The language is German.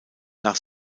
nach